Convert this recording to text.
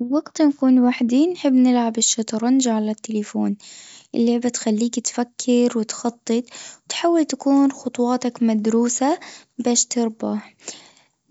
ايه وقت نكون وحدي نحب نلعب الشطرنج على التليفون، اللعبة تخليك تفكر وتخطط، تحاول تكون خطواتك مدروسة باش تربح،